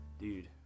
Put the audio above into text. Dude